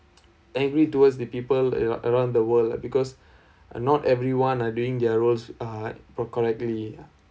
angry towards the people around the world lah because not everyone are doing their roles uh for correctly lah